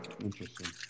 Interesting